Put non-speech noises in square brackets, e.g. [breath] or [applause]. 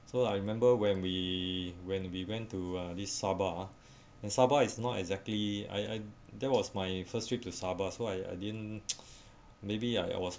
so I remember when we when we went to uh this sabah ah [breath] and sabah is not exactly I I that was my first trip to sabah so I I didn't [noise] maybe I was